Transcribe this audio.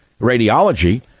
radiology